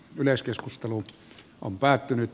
yleiskeskustelu on päättynyt